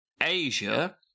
Asia